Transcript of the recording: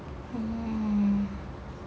oo